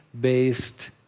based